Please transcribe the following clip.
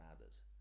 others